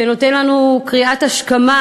שנותן לנו קריאת השכמה